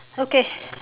okay